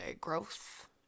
growth